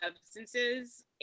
substances